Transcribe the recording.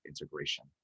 integration